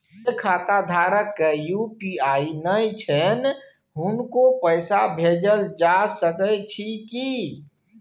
जे खाता धारक के यु.पी.आई नय छैन हुनको पैसा भेजल जा सकै छी कि?